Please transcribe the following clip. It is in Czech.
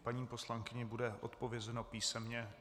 Paní poslankyni bude odpovězeno písemně.